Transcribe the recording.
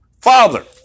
father